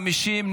50,